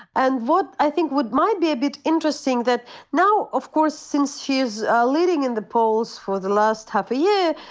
and what i think would might be a bit interesting that now of course since she is leading in the polls for the last half a year,